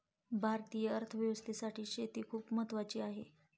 भारतीय अर्थव्यवस्थेसाठी शेती खूप महत्त्वाची आहे